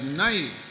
knife